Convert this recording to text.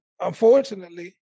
unfortunately